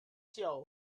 show